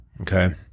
okay